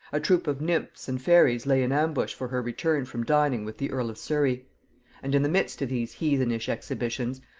a troop of nymphs and fairies lay in ambush for her return from dining with the earl of surry and in the midst of these heathenish exhibitions,